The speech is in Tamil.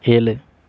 ஏழு